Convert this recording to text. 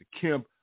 Kemp